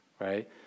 right